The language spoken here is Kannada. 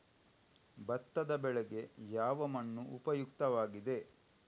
ಭತ್ತದ ಬೆಳೆಗೆ ಯಾವ ಮಣ್ಣು ಉಪಯುಕ್ತವಾಗಿದೆ?